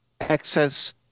Excess